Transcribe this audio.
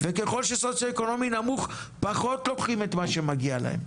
וככל שסוציואקונומי נמוך פחות לוקחים את מה שמגיע להם.